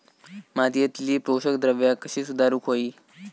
मातीयेतली पोषकद्रव्या कशी सुधारुक होई?